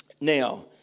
now